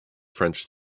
french